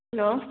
hello